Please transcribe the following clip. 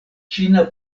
ĉina